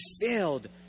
filled